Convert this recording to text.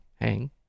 hang